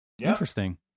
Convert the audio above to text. Interesting